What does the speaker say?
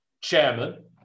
chairman